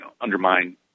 undermine